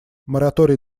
мораторий